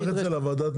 בועז, קח את ההמשך